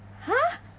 !huh!